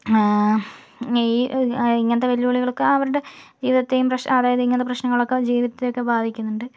ഈ ഇങ്ങനത്തെ വെല്ലുവിളികൾ ഒക്കെ അവരുടെ ജീവിതത്തെയും പ്രശ് അതായത് ഇങ്ങനത്തെ പ്രശ്നങ്ങളൊക്കെ ജീവിതത്തെ ഒക്കെ ബാധിക്കുന്നുണ്ട്